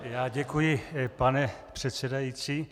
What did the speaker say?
Já děkuji, pane předsedající.